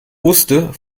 wusste